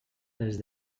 els